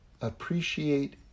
Appreciate